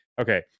okay